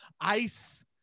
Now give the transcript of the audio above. Ice